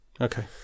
Okay